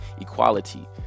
equality